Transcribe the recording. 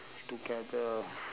together